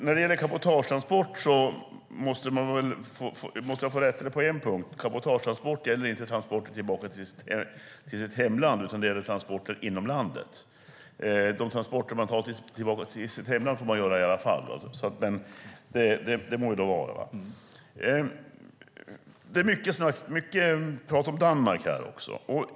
När det gäller cabotagetransporter måste jag få rätta dig på en punkt. Cabotagetransporter gäller inte transporter tillbaka till hemlandet utan transporter inom landet. Transporter tillbaka till sitt hemland får man göra i alla fall. Det må så vara. Det talas mycket om Danmark här.